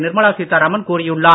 நிர்மலா சீத்தாராமன் கூறியுள்ளார்